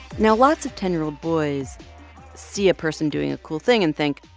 you know lots of ten year old boys see a person doing a cool thing and think,